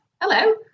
hello